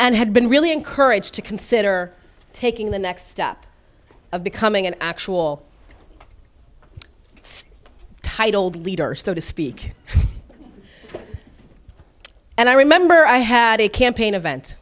and had been really encouraged to consider taking the next step of becoming an actual titled leader so to speak and i remember i had a campaign event